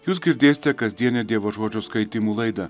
jūs girdėsite kasdienį dievo žodžio skaitymų laidą